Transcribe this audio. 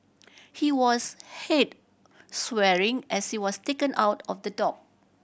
he was heard swearing as he was taken out of the dock